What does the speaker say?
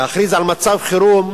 להכריז על מצב חירום,